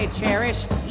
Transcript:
cherished